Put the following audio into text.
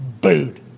Booed